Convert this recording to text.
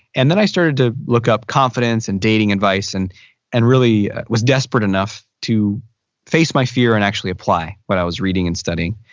and then i started to look up confidence and dating advice and and really was desperate enough to face my fear and actually apply what i was reading and studying.